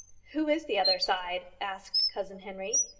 who is the other side? asked cousin henry.